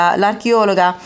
l'archeologa